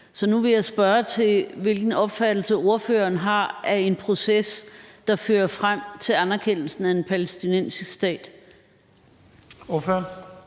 Så nu vil jeg spørge til, hvilken opfattelse ordføreren har af en proces, der fører frem til anerkendelsen af en palæstinensisk stat.